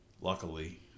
luckily